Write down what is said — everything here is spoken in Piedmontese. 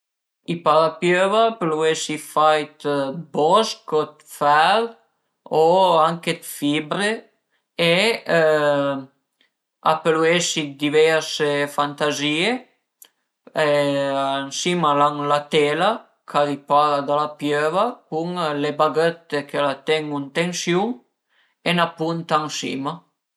I parapiöva a pölu esi fait d'bosch o d'fer o anche d'fibre e a pölu esi dë diverse fantazìe ën sima al a la tela ch'ai para da la piöva cun le baghëtte che al a ten-u ën tensiun e 'na punta ën sima